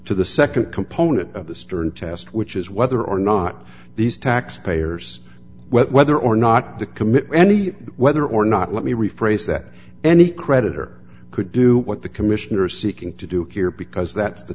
to the nd component of the stern test which is whether or not these tax payers whether or not the commit any whether or not let me rephrase that any creditor could do what the commission are seeking to do here because that's the